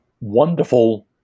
wonderful